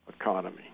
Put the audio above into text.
economy